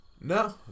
No